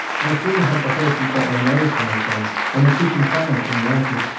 no sooner had the horses got their nose-bags on and the kitchen fires been lighted,